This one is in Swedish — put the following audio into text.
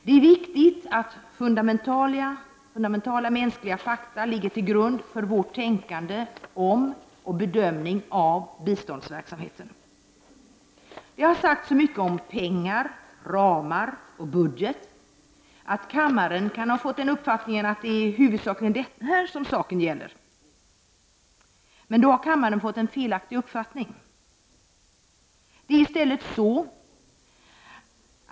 Det är viktigt att fundamentala mänskliga fakta ligger till grund för vårt tänkande om och vår bedömning av biståndsverksamheten. Det har sagts så mycket om pengar, ramar och budget, att kammaren kan ha fått uppfattningen att det huvudsakligen är pengar som saken gäller. Men då har kammaren fått en felaktig uppfattning.